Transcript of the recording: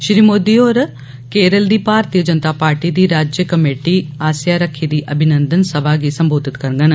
श्री मोदी होर केरल दी भारतीय जनता पार्टी दी राज्य कमेटी आस्सेया रक्खी गेदी अभिनंदन सभा गी संम्बोधत करडन